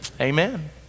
Amen